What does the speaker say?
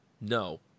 no